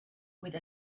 with